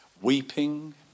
weeping